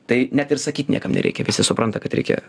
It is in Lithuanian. tai net ir sakyt niekam nereikia visi supranta kad reikia